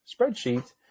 spreadsheet